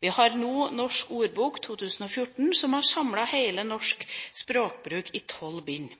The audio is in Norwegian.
Vi har Norsk Ordbok 2014, som har samlet hele den norske språkbruken i tolv bind.